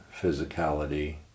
physicality